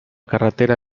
carretera